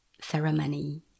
ceremony